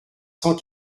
cent